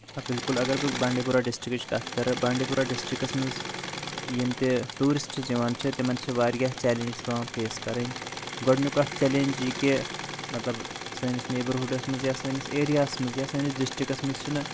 آ بلکُل اگر بہٕ بانڈی پورہ دِسٹرکٕچ کَتھ کَرٕ بانڈی پورہ دِسٹرٕکَس مَنز یِم تہِ ٹیورِسٹٕز یِوان چھِ تِمَن چھِ واریاہ چیٚلینجِس پیوان فیس کَرٕنۍ گۄڈنِیُک اَکھ چیٚلینج یہِ کہِ مطلب سٲنِس نیبَرہُڈس مَنٛز یا سٲنِس ایریاہَس مَنٛز یا سٲنِس دِسٹرٕکَس مَنٛز چھِنہٕ